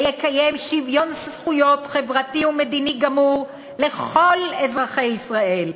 ויקיים שוויון זכויות חברתי ומדיני גמור לכל אזרחי ישראל,